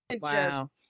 wow